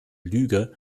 lüge